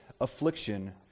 affliction